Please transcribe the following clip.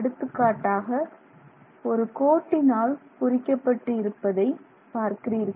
எடுத்துக்காட்டாக ஒரு கோட்டினால் குறிக்கப்பட்டு இருப்பதைபார்க்கிறீர்கள்